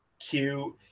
cute